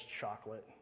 chocolate